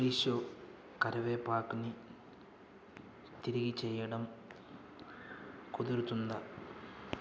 Fresho కరివేపాకుని తిరిగి ఇచ్చెయ్యడం కుదురుతుందా